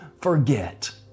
forget